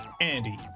Andy